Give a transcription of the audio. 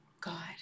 God